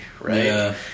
right